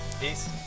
peace